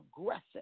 aggressive